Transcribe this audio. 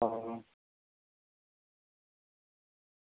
हां